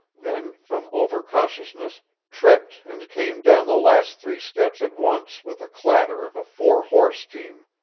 then from over-cautiousness tripped and came down the last three steps at once with the clatter of a four-horse team.